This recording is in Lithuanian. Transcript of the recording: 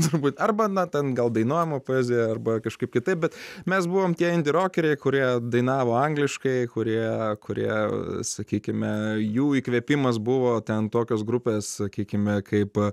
turbūt arba na ten gal dainuojama poezija arba kažkaip kitaip bet mes buvom tie indi rokeriai kurie dainavo angliškai kurie kurie sakykime jų įkvėpimas buvo ten tokios grupes sakykime kaip